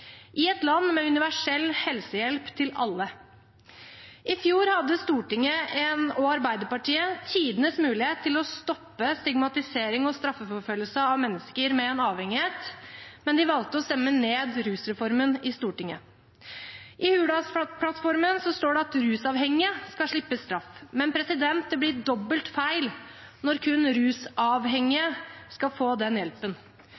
i et land med universell helsehjelp til alle. I fjor hadde Stortinget og Arbeiderpartiet tidenes mulighet til å stoppe stigmatisering og straffeforfølgelse av mennesker med en avhengighet, men de valgte å stemme ned rusreformen i Stortinget. I Hurdalsplattformen står det at rusavhengige skal slippe straff. Men det blir dobbelt feil når kun rusavhengige skal få den hjelpen.